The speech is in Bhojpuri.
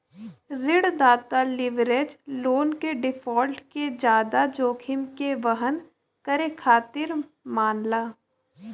ऋणदाता लीवरेज लोन क डिफ़ॉल्ट के जादा जोखिम के वहन करे खातिर मानला